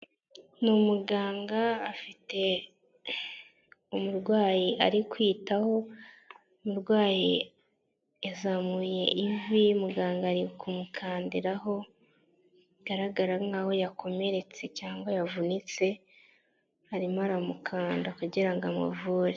Ni umuganga afite umurwayi ari kwitaho umurwayi yazamuye ivi, muganga ari kumukandiraho, bigaragara nk'aho yakomeretse cyangwa yavunitse arimo aramukanda kugirango amuvure.